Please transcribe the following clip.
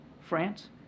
France